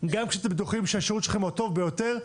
גם כשאתם בטוחים שהשירות שלכם הוא הטוב ביותר,